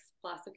plus